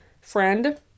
friend